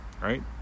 right